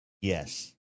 Yes